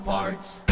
Parts